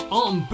on